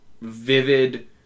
vivid